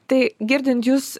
tai girdint jus